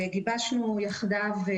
גיבשנו יחדיו,